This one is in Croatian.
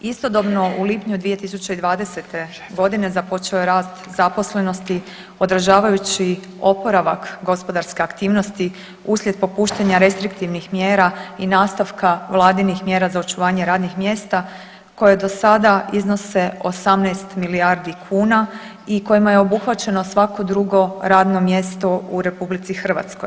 Istodobno u lipnju 2020. godine započeo je rast zaposlenosti odražavajući oporavak gospodarske aktivnosti uslijed popuštanja restriktivnih mjera i nastavka vladinih mjera za očuvanje radnih mjesta koje do sada iznose 18 milijardi kuna i kojima je obuhvaćeno svako drugo radno mjesto u RH.